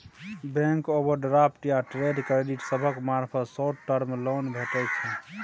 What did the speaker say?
bank overdraft या trade credit सभक मार्फत शॉर्ट टर्म लोन भेटइ छै